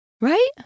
Right